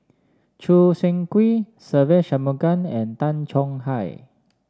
Choo Seng Quee Se Ve Shanmugam and Tay Chong Hai